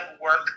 work